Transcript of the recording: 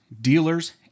dealers